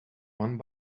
one